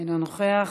אינו נוכח.